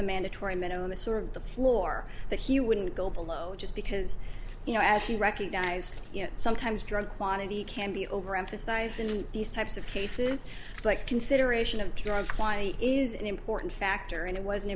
the mandatory minimum a sort of the floor that he wouldn't go below just because you know as he recognized sometimes drug quantity can be overemphasized in these types of cases like consideration of drugs why is an important factor and it was